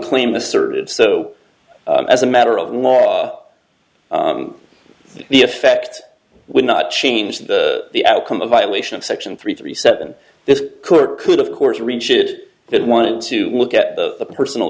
claim asserted so as a matter of law the effect would not change the the outcome of violation of section three three seven this court could of course reach it that want to look at the personal